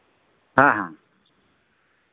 ᱦᱮᱸ ᱦᱮᱸ